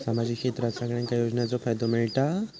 सामाजिक क्षेत्रात सगल्यांका योजनाचो फायदो मेलता?